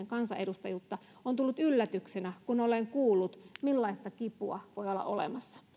ennen kansanedustajuutta on tullut yllätyksenä kun olen kuullut millaista kipua voi olla olemassa